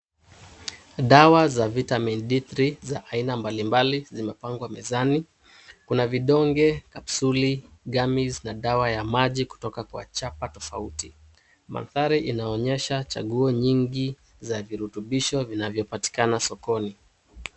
Dawa za vitamin D three za aina mbali mbali zimepangwa mezani. Kuna vidonge, kapsuli, gamis na dawa ya maji kutoka kwa chapa tofauti. Mandhari inaonyesha chaguo nyingi za virutubisho vinavyopatikana sokoni.